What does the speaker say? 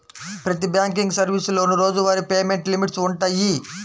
ప్రతి బ్యాంకింగ్ సర్వీసులోనూ రోజువారీ పేమెంట్ లిమిట్స్ వుంటయ్యి